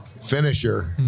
finisher